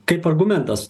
kaip argumentas